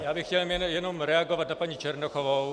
Já bych chtěl jenom reagovat na paní Černochovou.